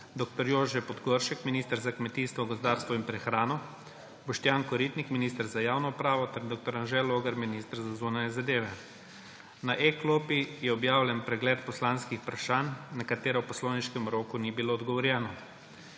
dr. Jože Podgoršek, minister za kmetijstvo, gozdarstvo in prehrano, Boštjan Koritnik, minister za javno upravo, ter dr. Anže Logar, minister za zunanje zadeve. Na e-klopi je objavljen pregled poslanskih vprašanj, na katera v poslovniškem roku ni bilo odgovorjeno.